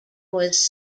was